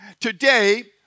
Today